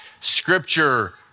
Scripture